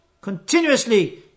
continuously